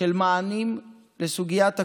של מענים לסוגיית הקורונה,